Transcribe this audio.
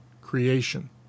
creation